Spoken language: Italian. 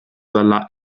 dalla